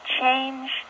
change